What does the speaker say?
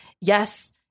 yes